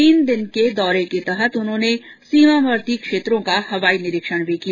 तीन दिवसीय दौरे के तहत उन्होंने सीमावर्ती क्षेत्रों का हवाई निरीक्षण भी किया